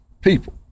people